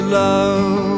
love